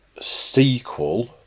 sequel